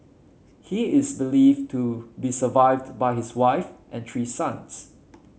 he is believed to be survived by his wife and three sons